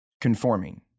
Conforming